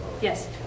Yes